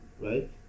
right